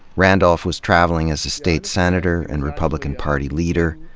randolph was traveling as a state senator and republican party leader,